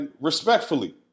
respectfully